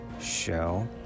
show